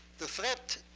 the threat